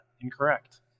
incorrect